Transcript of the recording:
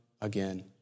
again